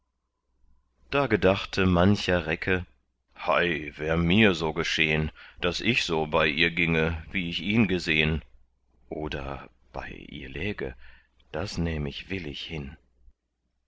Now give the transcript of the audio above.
da gedachte mancher recke hei wär mir so geschehn daß ich so bei ihr ginge wie ich ihn gesehn oder bei ihr läge das nähm ich willig hin